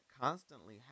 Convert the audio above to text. constantly